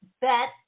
bet